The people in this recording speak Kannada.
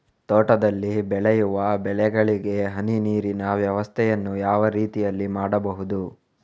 ತೋಟದಲ್ಲಿ ಬೆಳೆಯುವ ಬೆಳೆಗಳಿಗೆ ಹನಿ ನೀರಿನ ವ್ಯವಸ್ಥೆಯನ್ನು ಯಾವ ರೀತಿಯಲ್ಲಿ ಮಾಡ್ಬಹುದು?